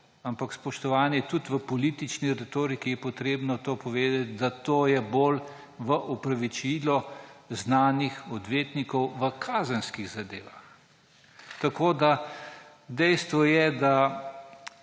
Ampak spoštovani, tudi v politični retoriki je treba povedati, da je to bolj v opravičilo znanih odvetnikov v kazenskih zadevah. Tako da je dejstvo, da